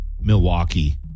Milwaukee